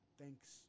thanks